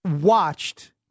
watched